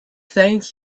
thank